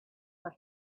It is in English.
for